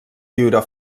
viure